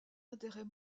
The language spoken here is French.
intérêts